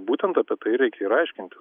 būtent apie tai reikia ir aiškinti